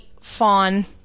fawn